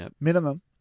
minimum